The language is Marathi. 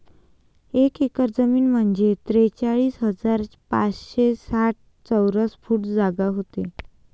एक एकर जमीन म्हंजे त्रेचाळीस हजार पाचशे साठ चौरस फूट जागा व्हते